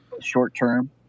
short-term